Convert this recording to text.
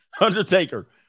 Undertaker